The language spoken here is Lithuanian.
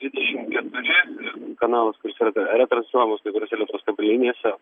dvidešimt keturi ir kanalas kuris yra retransliuojamas kai kuriose lietuvos kabelinėse